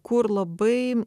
kur labai